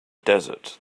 desert